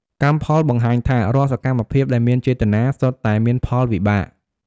កម្មផលបង្ហាញថា រាល់សកម្មភាពដែលមានចេតនា សុទ្ធតែមានផលវិបាក។